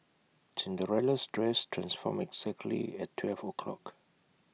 Cinderella's dress transformed exactly at twelve o' clock